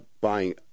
buying